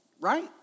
right